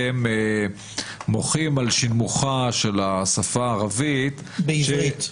מוחים על שנמוכה של השפה הערבית --- בעברית.